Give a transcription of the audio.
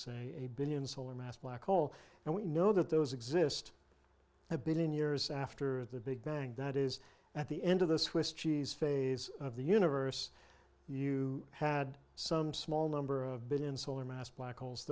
say billion solar mass black hole and we know that those exist a billion years after the big bang that is at the end of the swiss cheese phase of the universe you had some small number of billion solar mass black holes